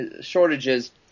shortages